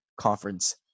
Conference